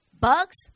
bugs